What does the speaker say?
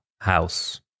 house